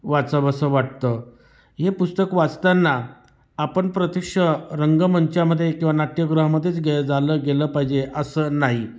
वाचावंसं वाटतं हे पुस्तक वाचताना आपण प्रत्यक्ष रंगमंचामध्ये किंवा नाट्यगृहामध्येच गे झालं गेलं पाहिजे असं नाही